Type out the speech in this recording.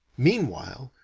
meanwhile,